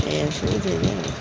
ଏଆ ସବୁ ଦେବେ ଆଉ